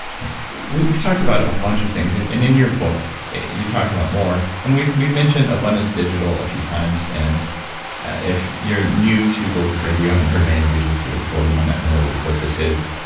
we've we've talked about a bunch of things and in in your book you talk about more and we've we've mentioned abundance digital a few times and if you're new to bulletproof radio, you haven't heard my interviews with peter before, you might not know what this is.